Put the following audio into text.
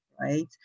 right